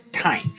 time